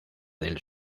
del